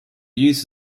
used